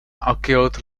occult